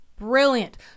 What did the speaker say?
Brilliant